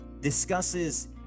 discusses